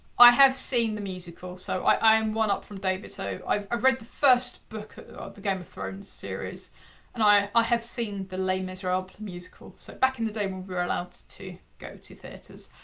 i have seen the musical, so i am one up from david, so i've read the first book of the game of thrones series and i i have seen the les miserables musical, so back in the day when we were allowed to go to theaters.